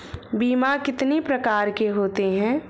बीमा कितनी प्रकार के होते हैं?